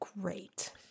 great